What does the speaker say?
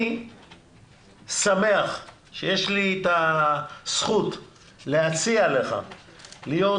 אני שמח שיש לי את הזכות להציע לך להיות